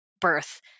birth